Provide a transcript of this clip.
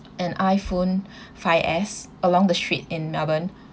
an iPhone five S along the street in melbourne